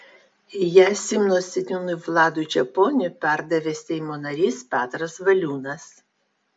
ją simno seniūnui vladui čeponiui perdavė seimo narys petras valiūnas